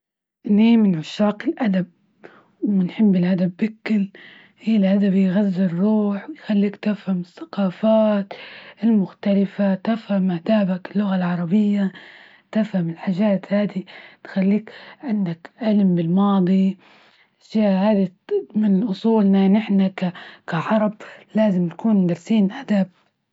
إني من عشاق الأدب ونحب الأدب هي الهدف يغذي الروح، ويخليك تفهم الثقافات المختلفة، تفهم كتابك اللغة العربية تفهم الحاجات هذي، تخليك عندك علم بالماضي الأشياء هذي تضمن نحنا كعرب لازم نكون دارسين أداب.